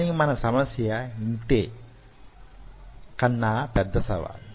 కాని మన సమస్య యింత కన్నా పెద్ద సవాలు